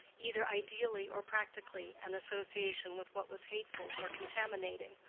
either ideally or practically, an association with what was hateful or contaminating.